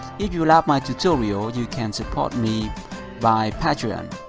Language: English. if you love my tutorial, you can support me by patreon.